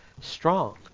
strong